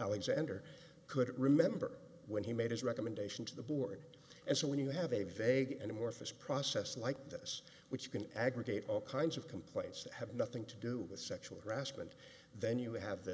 alexander could remember when he made his recommendation to the board and so when you have a vegan an amorphous process like this which can aggregate all kinds of complaints that have nothing to do with sexual harassment then you have this